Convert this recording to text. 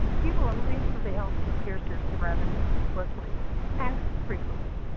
people are moving through the health-care system rather quickly and frequently.